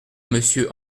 monsieur